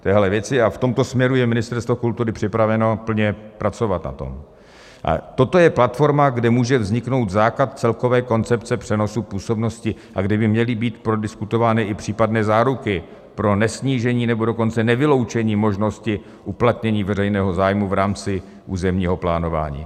V téhle věci a v tomto směru je Ministerstvo kultury připraveno plně na tom pracovat a toto je platforma, kde může vzniknout základ celkové koncepce přenosu působnosti a kde by měly být prodiskutovány i případné záruky pro nesnížení, nebo dokonce nevyloučení možnosti uplatnění veřejného zájmu v rámci územního plánování.